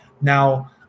Now